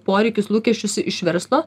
poreikius lūkesčius iš verslo